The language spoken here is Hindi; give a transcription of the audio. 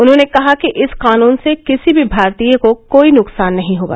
उन्होंने कहा कि इस कानून से किसी भी भारतीय को कोई नुकसान नहीं होगा